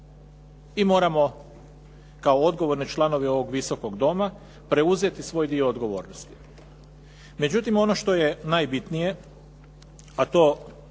i moramo kao odgovorne članove ovog Visokog doma preuzeti svoj dio odgovornosti. Međutim, ono što je najbitnije, a to